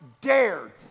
dared